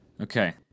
Okay